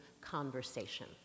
conversation